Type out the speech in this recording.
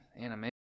animation